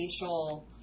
facial